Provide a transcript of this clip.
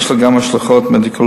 ויש לה גם השלכות מדיקולגליות.